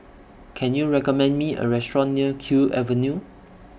Can YOU recommend Me A Restaurant near Kew Avenue